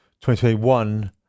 2021